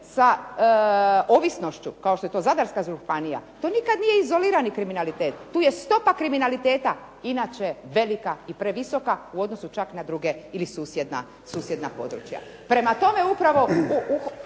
sa ovisnošću, kao što je to Zadarska županija, to nikad nije izolirani kriminalitet, tu je stopa kriminaliteta inače velika i previsoka u odnosu čak na druge ili susjedna područja. Prema tome, upravo